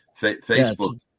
Facebook